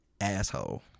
asshole